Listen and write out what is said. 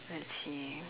let's see